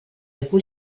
algú